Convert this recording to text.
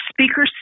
speaker